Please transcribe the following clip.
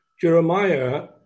Jeremiah